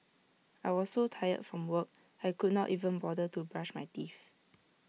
I was so tired from work I could not even bother to brush my teeth